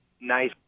nice